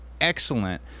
excellent